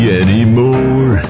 anymore